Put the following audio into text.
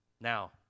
Now